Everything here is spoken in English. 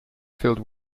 filled